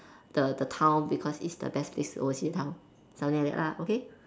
the the town because it's the best place to oversee the town something like that lah okay